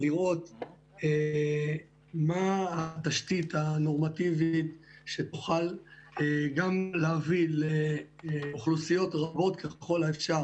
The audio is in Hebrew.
לראות מה התשתית הנורמטיבית שתוכל גם להביא לאוכלוסיות רבות ככל האפשר